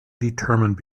determined